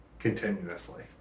continuously